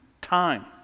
time